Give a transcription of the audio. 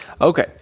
Okay